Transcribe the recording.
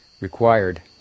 required